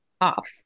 off